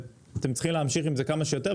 ואתם צריכים להמשיך עם זה כמה שיותר.